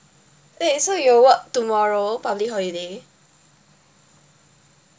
wait so you work tomorrow public holiday